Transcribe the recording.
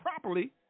properly